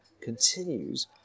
continues